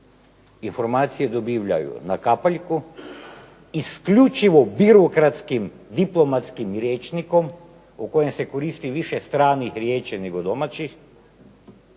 informacije dobivaju na kapaljku isključivo birokratskim, diplomatskim rječnikom u kojem se koristi više stranih riječi nego domaćih